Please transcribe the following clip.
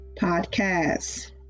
Podcasts